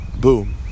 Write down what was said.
Boom